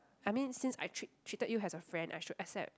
I mean since I treat treated you as a friend I should accept